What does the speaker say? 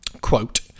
Quote